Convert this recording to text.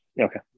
Okay